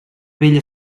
vella